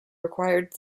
required